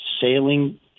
sailing